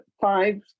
five